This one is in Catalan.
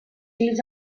fills